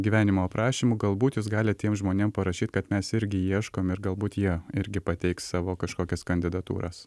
gyvenimo aprašymų galbūt jis gali tiem žmonėm parašyti kad mes irgi ieškom ir galbūt jie irgi pateiks savo kažkokias kandidatūras